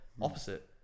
opposite